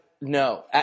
no